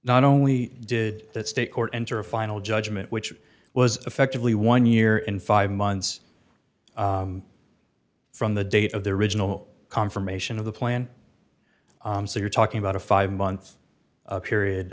not only did that state court enter a final judgment which was effectively one year in five months from the date of the original confirmation of the plan you're talking about a five month period